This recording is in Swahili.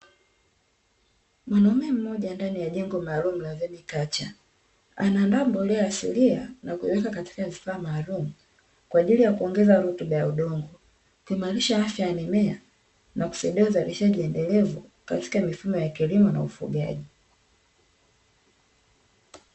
Mwanaume mmoja ndani ya jengo maalum la "Ven Culture", anaandaa mbolea asilia na kuiweka katika vifaa maalum kwa ajili ya kuongeza rutuba ya udongo, kuimarisha afya ya mimea, na kusaidia uzalishaji endelevu katika mifumo ya kilimo na ufugaji.